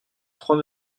trois